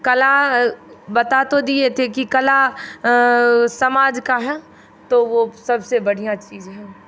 कला बता तो दिये थे की कला समाज का है तो वो सबसे बढ़ियाँ चीज़ है